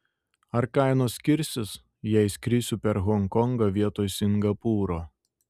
ar kainos skirsis jei skrisiu per honkongą vietoj singapūro